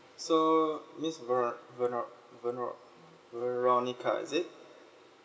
so miss vero~ vero~ vero~ veronica is it